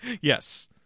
Yes